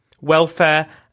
welfare